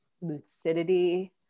lucidity